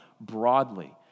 broadly